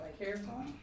Careful